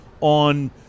on